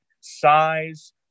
size